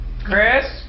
Chris